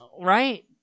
Right